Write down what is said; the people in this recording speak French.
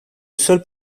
seul